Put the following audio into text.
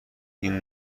این